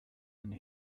and